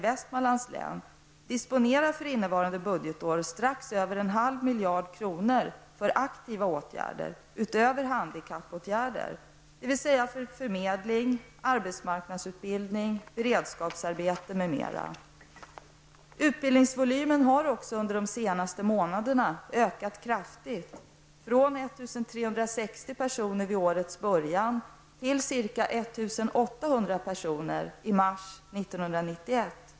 Västmanlands län disponerar för innevarande budgetår strax över en halv miljard kronor för aktiva åtgärder, utöver handikappåtgärder, dvs. för arbetsförmedling, arbetsmarknadsutbildning och beredskapsarbete m.m. Utbildningsvolymen har under de senaste månaderna ökat kraftigt, från 1 360 personer vid årets början till ca 1 800 personer i mars 1991.